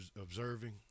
observing